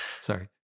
Sorry